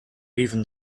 even